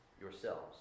yourselves